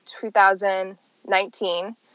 2019